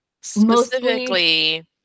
Specifically